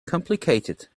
complicated